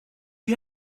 you